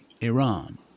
Iran